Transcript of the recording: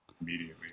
immediately